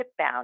shipbound